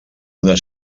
una